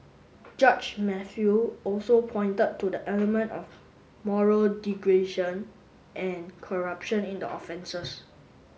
judge Mathew also pointed to the element of moral degradation and corruption in the offences